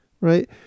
right